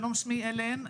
שלום שמי הלן,